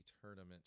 tournament